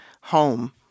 home